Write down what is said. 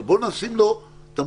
אבל בואו ונשים לו תמרורים,